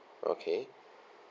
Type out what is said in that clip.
okay